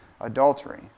adultery